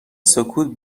سکوت